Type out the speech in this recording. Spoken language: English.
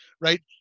right